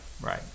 Right